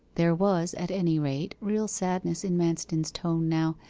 there was, at any rate, real sadness in manston's tone now,